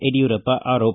ಯಡಿಯೂರಪ್ಪ ಆರೋಪ